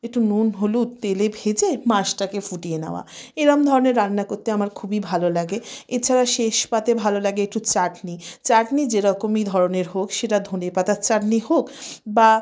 একটু নুন হলুদ তেলে ভেজে মাছটাকে ফুটিয়ে নেওয়া এরকম ধরনের রান্না করতে আমার খুবই ভালো লাগে এছাড়া শেষ পাতে ভালো লাগে একটু চাটনি চাটনি যে রকমই ধরনের হোক সেটা ধনেপাতার চাটনি হোক বা